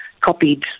copied